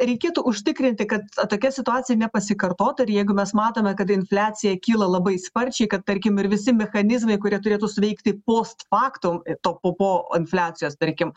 reikėtų užtikrinti kad tokia situacija nepasikartotų ir jeigu mes matome kad infliacija kyla labai sparčiai kad tarkim ir visi mechanizmai kurie turėtų suveikti post faktum to po po infliacijos tarkim